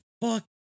fuck